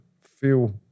feel